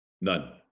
none